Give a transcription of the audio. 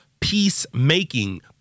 peacemaking